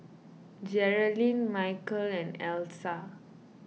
Geralyn Michal and Elsa